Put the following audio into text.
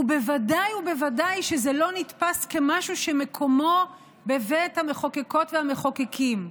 ובוודאי ובוודאי שזה לא נתפס כמשהו שמקומו בבית המחוקקות והמחוקקים.